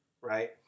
right